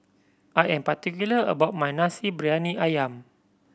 I am particular about my Nasi Briyani Ayam